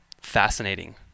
fascinating